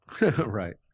Right